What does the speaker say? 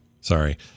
Sorry